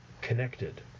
connected